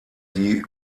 die